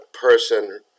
person